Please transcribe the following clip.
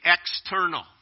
external